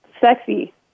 sexy